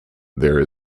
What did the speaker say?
there